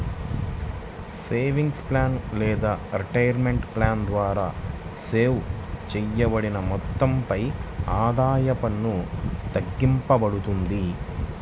savings plan లేదా retirement plan ద్వారా save చేయబడిన మొత్తంపై ఆదాయ పన్ను తగ్గింపబడుతుంది